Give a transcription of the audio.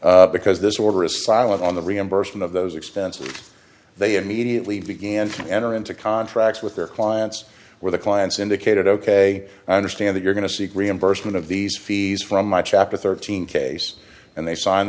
issue because this order is silent on the reimbursement of those expenses they immediately began to enter into contracts with their clients where the clients indicated ok i understand that you're going to seek reimbursement of these fees from my chapter thirteen case and they sign